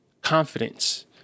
confidence